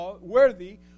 worthy